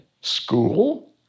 school